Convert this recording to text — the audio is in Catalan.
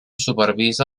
supervisa